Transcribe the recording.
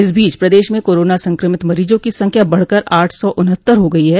इस बीच प्रदेश में कोरोना संक्रमित मरीजों की संख्या बढ़कर आठ सौ उन्हत्तर हो गई है